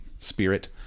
spirit